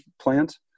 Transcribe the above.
plant